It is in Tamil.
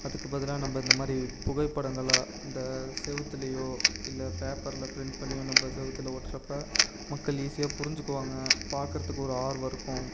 அதுக்கு பதிலா நம்ம இந்தமாதிரி புகைப்படங்களை இந்த செவத்துலையோ இல்லை பேப்பரில் பிரிண்ட் பண்ணியோ நம்ம செவத்துல ஒட்டுறப்ப மக்கள் ஈஸியாக புரிஞ்சுக்குவாங்க பார்க்குறத்துக்கு ஒரு ஆர்வம் இருக்கும்